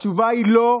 התשובה היא לא,